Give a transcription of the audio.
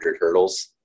hurdles